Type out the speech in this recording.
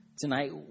Tonight